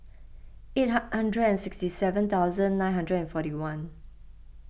eight hundred and sixty seven thousand nine hundred and forty one